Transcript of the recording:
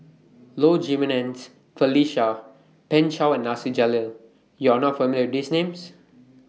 Low Jimenez Felicia Pan Shou and Nasir Jalil YOU Are not familiar These Names